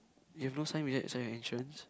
you have no sign beside the side entrance